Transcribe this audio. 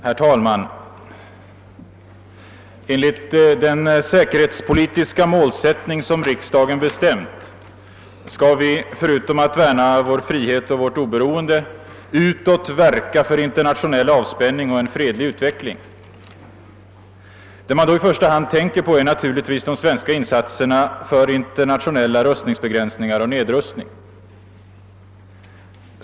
Herr talman! Enligt den säkerhetspolitiska målsättning som riksdagen har bestämt skall vi, förutom att värna vår frihet och vårt oberoende, utåt verka för internationell avspänning och en fredlig utveckling. Vad man då i första hand tänker på är naturligtvis de svenska insatserna för internationella rustningsbegränsningar och för nedrustning.